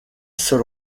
seul